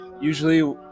usually